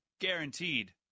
Guaranteed